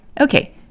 Okay